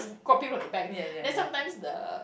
copy from the back then sometimes the